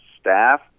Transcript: staff